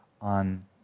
on